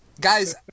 Guys